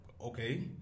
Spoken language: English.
okay